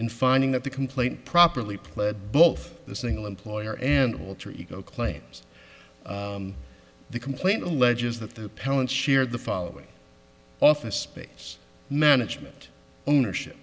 in finding that the complaint properly pled both the single employer and alter ego claims the complaint alleges that the appellant shared the following office space management ownership